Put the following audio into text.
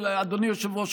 אדוני היושב-ראש,